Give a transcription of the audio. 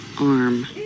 arm